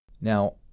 now